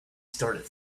started